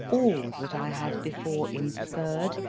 all that i had before inferred,